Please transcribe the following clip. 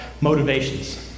motivations